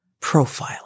profiling